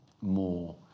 more